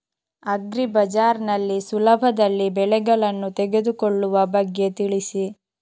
agri bazaar ನಲ್ಲಿ ಸುಲಭದಲ್ಲಿ ಬೆಳೆಗಳನ್ನು ತೆಗೆದುಕೊಳ್ಳುವ ಬಗ್ಗೆ ತಿಳಿಸಿ